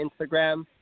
Instagram